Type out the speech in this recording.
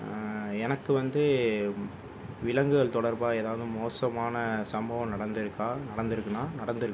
எனக்கு வந்து விலங்குகள் தொடர்பாக ஏதாவது மோசமான சம்பவம் நடந்துருக்கா நடந்துருக்குனால் நடத்துருக்குது